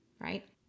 right